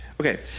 okay